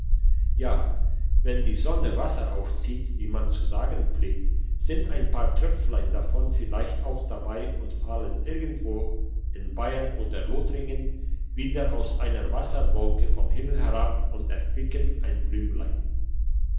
ja wenn die sonne wasser aufzieht wie man zu sagen pflegt sind ein paar tröpflein davon vielleicht auch dabei und fallen irgendwo in bayern oder lothringen wieder aus einer wasserwolke vom himmel herab und erquicken ein